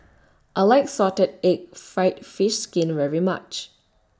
I like Salted Egg Fried Fish Skin very much